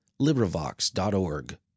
LibriVox.org